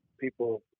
people